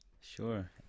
Sure